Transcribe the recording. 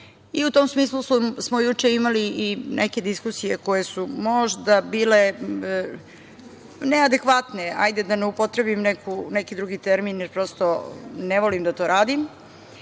U tom smislu smo juče imali i neke diskusije koje su možda bile neadekvatne, da ne upotrebim neki drugi termin jer prosto ne volim da to radim,